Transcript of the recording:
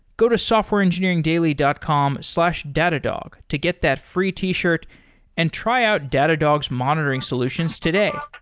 go to softwareengineeringdaily dot com slash datadog to get that free t-shirt and try out datadog's monitoring solutions today